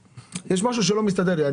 משהו שלא מסתדר לי.